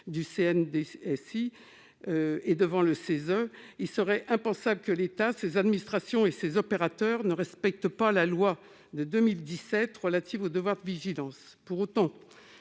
et environnemental (CESE), il serait impensable que l'État, ses administrations et ses opérateurs ne respectent pas la loi de 2017 relative au devoir de vigilance. Pour autant,